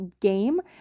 game